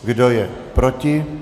Kdo je proti?